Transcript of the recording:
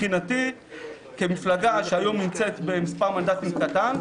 מבחינתי כמפלגה שהיום נמצאת עם מספר מנדטים קטן,